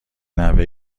نوه